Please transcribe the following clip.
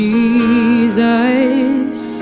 Jesus